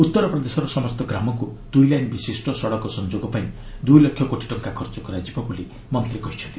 ଉଉରପ୍ରଦେଶର ସମସ୍ତ ଗ୍ରାମକୁ ଦୁଇ ଲାଇନ୍ ବିଶିଷ୍ଟ ସଡ଼କ ସଂଯୋଗ ପାଇଁ ଦୁଇ ଲକ୍ଷ କୋଟି ଟଙ୍କା ଖର୍ଚ୍ଚ କରାଯିବ ବୋଲି ମନ୍ତ୍ରୀ କହିଛନ୍ତି